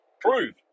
prove